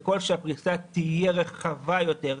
ככל שהפריסה תהיה רחבה יותר,